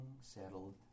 settled